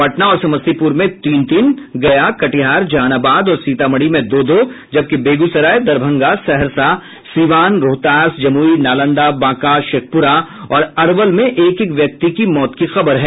पटना और समस्तीपुर में तीन तीन गया कटिहार जहानाबाद और सीतामढ़ी में दो दो जबकि बेगूसराय दरभंगा सहरसा सीवान रोहतास जमुई नालंदा बांका शेखपुरा और अरवल में एक एक व्यक्ति की मौत की खबर है